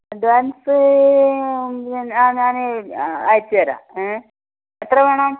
advance ആ ഞാന് അയച്ച് തരാം ഏഹ് എത്ര വേണം